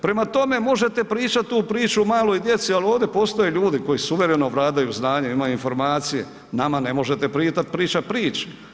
Prema tome, možete pričat tu priču maloj djeci, al ovdje postoje ljudi koji suvereno vladaju znanjem, imaju informacije, nama ne možete pričat priče.